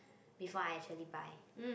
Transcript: before I actually buy